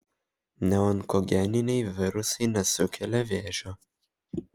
neonkogeniniai virusai nesukelia vėžio